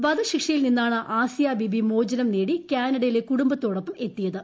വധശിക്ഷയിൽ നിന്നാണ് ആസിയാ ബീബി മോചനം നേടി കാനഡയിലെ കുടുംബത്തോടൊപ്പം എത്തിയത്